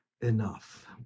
enough